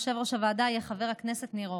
יושב-ראש הוועדה יהיה חבר הכנסת ניר אורבך.